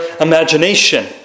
imagination